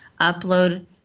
upload